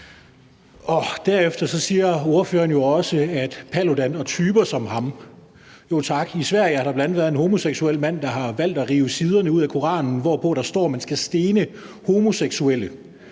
Derefter siger ordføreren jo også, at det er i forhold til Paludan og typer som ham. Jo tak, i Sverige har der bl.a. været en homoseksuel mand, der har valgt at rive de sider ud af Koranen, hvorpå der står, at man skal stene homoseksuelle.